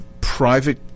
private